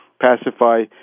pacify